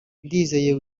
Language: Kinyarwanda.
ndizeye